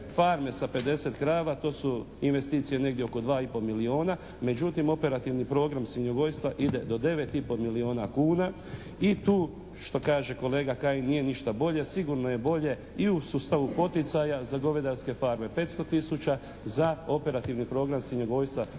farme sa 50 krava, to su investicije negdje oko 2 i pol milijuna međutim, operativni program svinjogojstva ide do 9 i pol milijuna kuna i tu što kaže kolega Kajin nije ništa bolje. Sigurno je bolje i u sustavu poticaja za govedarske farme 500 tisuća, za operativni program svinjogojstva